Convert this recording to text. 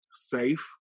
safe